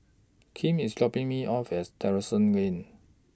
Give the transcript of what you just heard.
Kim IS dropping Me off as Terrasse Lane